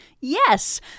Yes